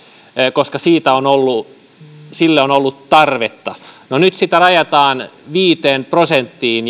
koska sille on ollut tarvetta no nyt sitä rajataan viiteen prosenttiin